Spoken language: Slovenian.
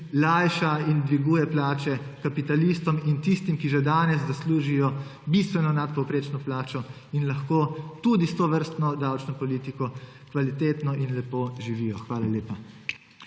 lajša in dviguje plače kapitalistom in tistim, ki že danes zaslužijo bistveno nadpovprečno plačo in lahko tudi s tovrstno davčno politiko kvalitetno in lepo živijo. Hvala lepa.